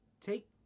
take